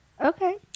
Okay